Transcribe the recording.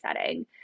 setting